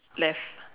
left